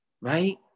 right